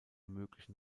möglichen